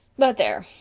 but there,